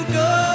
go